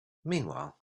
meanwhile